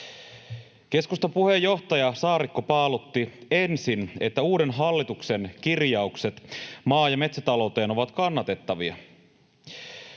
Keskustan puheenjohtaja Saarikko paalutti ensin, että uuden hallituksen kirjaukset maa- ja metsätalouteen ovat kannatettavia.